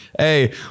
Hey